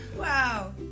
Wow